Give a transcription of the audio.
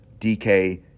DK